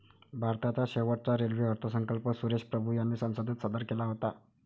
भारताचा शेवटचा रेल्वे अर्थसंकल्प सुरेश प्रभू यांनी संसदेत सादर केला होता